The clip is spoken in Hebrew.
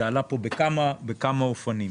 זה עלה פה בכמה וכמה אופנים.